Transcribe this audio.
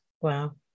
Wow